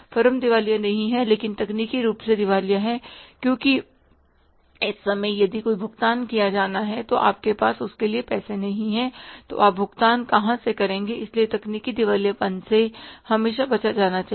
firm दिवालिया नहीं है लेकिन तकनीकी रूप से दिवालिया है क्योंकि इस समय यदि कोई भुगतान किया जाना है और आपके पास उसके लिए पैसे नहीं हैं तो आप भुगतान कहां से करेंगे इसलिए तकनीकी दिवालियापन से हमेशा बचा जाना चाहिए